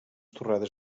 torrades